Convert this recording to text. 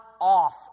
off